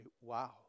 wow